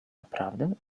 naprawdę